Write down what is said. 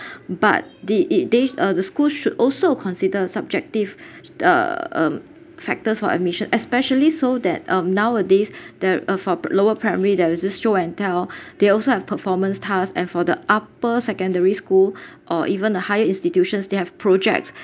but the ik~ they uh the school should also consider a subjective uh um factors for admission especially so that um nowadays there a fop~ lower primary there is this show and tell they also have performance tasks and for the upper secondary school or even a higher institutions they have projects